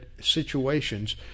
situations